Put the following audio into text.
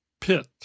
Pit